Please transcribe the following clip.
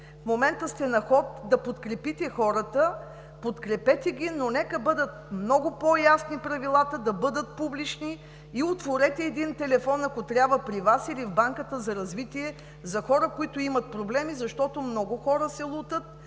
В момента сте на ход да подкрепите хората. Подкрепете ги, но нека правилата да бъдат много по-ясни, да бъдат публични. Отворете един телефон, ако трябва при Вас или в Банката за развитие, за хората, които имат проблеми. Много хора се лутат,